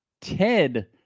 Ted